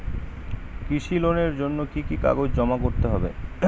কৃষি লোনের জন্য কি কি কাগজ জমা করতে হবে?